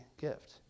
gift